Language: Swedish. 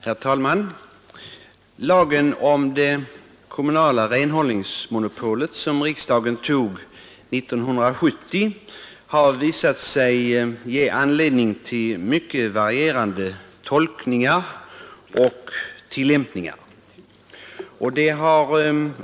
Herr talman! Lagen om det kommunala renhållningsmonopolet, som riksdagen antog 1970, har visat sig ge anledning till mycket varierande tolkningar och tillämpningar.